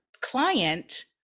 client